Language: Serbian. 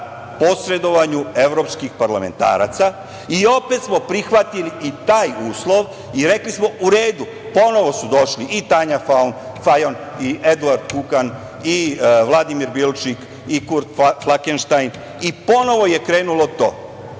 posredovanju evropskih parlamentaraca i opet smo prihvatili i taj uslov i rekli smo – u redu. Ponovo su doši i Tanja Fajon i Eduard Kukan i Vladimir Bilčik i Kurt Flakenštajn i ponovo je krenulo